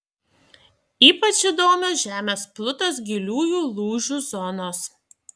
ypač įdomios žemės plutos giliųjų lūžių zonos